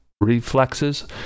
reflexes